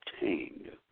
obtained